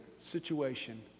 situation